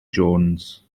jones